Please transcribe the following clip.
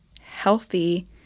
healthy